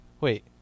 wait